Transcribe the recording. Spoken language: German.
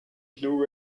blu